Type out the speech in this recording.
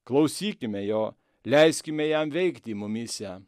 klausykime jo leiskime jam veikti mumyse